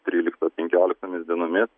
tryliktą penkioliktomis dienomis